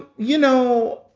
you know,